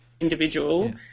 individual